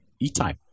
E-Type